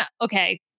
okay